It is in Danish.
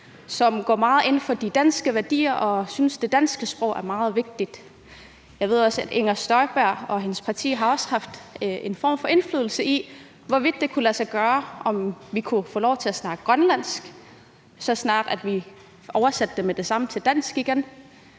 som går meget ind for de danske værdier og synes, det danske sprog er meget vigtigt. Jeg ved også, at Inger Støjberg og hendes parti har haft en form for indflydelse på, hvorvidt det kunne lade sig gøre, at vi kunne få lov til at snakke grønlandsk, så længe vi oversatte det med det samme til dansk. Men